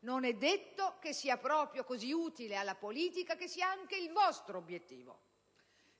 non è detto che sia così utile alla politica, che sia anche il vostro obiettivo.